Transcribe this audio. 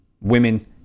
women